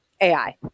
AI